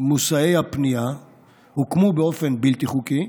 מושאי הפנייה הוקמו באופן בלתי חוקי,